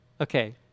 Okay